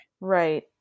Right